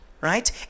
Right